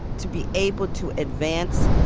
to be able to advance,